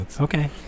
Okay